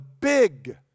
big